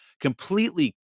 completely